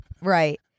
Right